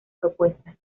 propuesta